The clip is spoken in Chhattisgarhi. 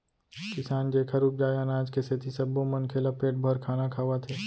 किसान जेखर उपजाए अनाज के सेती सब्बो मनखे ल पेट भर खाना खावत हे